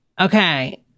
okay